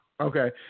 Okay